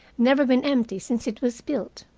never been empty since it was built.